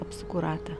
apsuku ratą